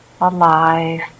alive